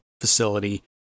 facility